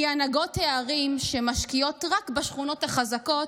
היא הנהגות הערים שמשקיעות רק בשכונות החזקות,